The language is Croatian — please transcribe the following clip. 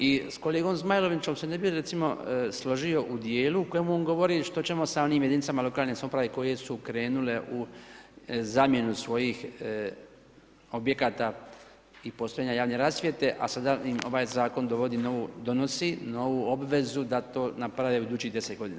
I s kolegom Zmajlovićem se ne bih recimo složio u dijelu u kojemu on govori što ćemo sa onim jedinicama lokalne samouprave koje su krenule u zamjenu svojih objekata i postojanja javne rasvjete a sada im ovaj zakon donosi novu obvezu da to naprave u idućih 10 godina.